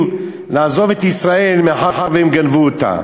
לעזוב את ישראל מאחר שהם גנבו אותה.